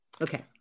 Okay